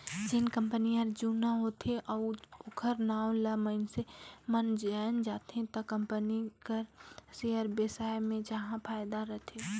जेन कंपनी हर जुना होथे अउ ओखर नांव ल मइनसे मन जाएन जाथे त कंपनी कर सेयर बेसाए मे जाहा फायदा रथे